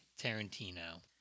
Tarantino